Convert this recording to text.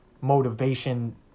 motivation